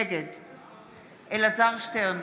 נגד אלעזר שטרן,